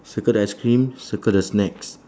circle the ice cream circle the snacks